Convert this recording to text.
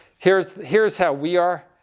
here's here's how we are.